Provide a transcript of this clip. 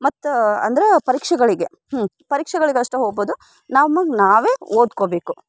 ಮತ್ತು ಅಂದ್ರೆ ಪರೀಕ್ಷೆಗಳಿಗೆ ಹ್ಞೂ ಪರೀಕ್ಷೆಗಳಿಗೆ ಅಷ್ಟೆ ಹೋಗ್ಬೋದು ನಮಗೆ ನಾವೇ ಓದ್ಕೊಳ್ಬೇಕು